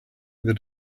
that